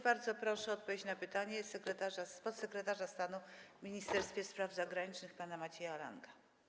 Bardzo proszę o odpowiedź na pytanie podsekretarza stanu w Ministerstwie Spraw Zagranicznych pana Macieja Langa.